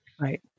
Right